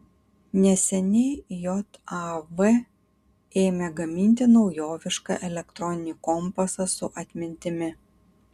neseniai jav ėmė gaminti naujovišką elektroninį kompasą su atmintimi